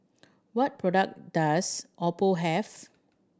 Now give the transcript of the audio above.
what product does Oppo have